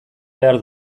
behar